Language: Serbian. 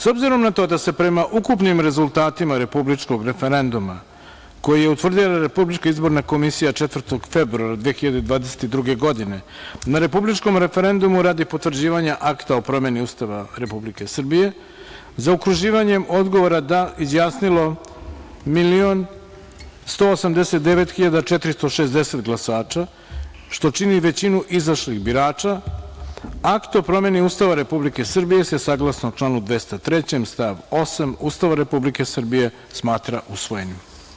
S obzirom na to da se prema ukupnim rezultatima republičkog referenduma koji je utvrdio da je Republička izborna komisija 4. februara 2022. godine na republičkom referendumu radi potvrđivanja Akta o promeni Ustava Republike Srbije zaokruživanjem odgovora DA izjasnilo 1.189.460 glasača, što čini većinu izašlih birača, Akt o promeni Ustava Republike Srbije se saglasno članu 203. stav 8. Ustava Republike Srbije smatra usvojenim.